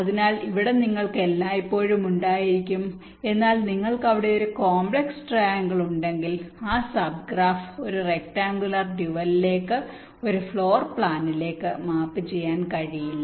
അതിനാൽ ഇത് നിങ്ങൾക്ക് എല്ലായ്പ്പോഴും ഉണ്ടായിരിക്കും എന്നാൽ നിങ്ങൾക്ക് അവിടെ ഒരു കോംപ്ലക്സ് ട്രൈആംഗിൾ ഉണ്ടെങ്കിൽ ആ സബ്ഗ്രാഫ് ഒരു റെക്ടാങ്കുലർ ഡ്യുവലിലേക്ക് ഒരു ഫ്ലോർ പ്ലാനിലേക്ക് മാപ്പ് ചെയ്യാൻ കഴിയില്ല